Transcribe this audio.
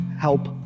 help